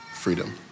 freedom